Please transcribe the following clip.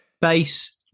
base